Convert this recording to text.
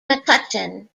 mccutcheon